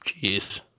Jeez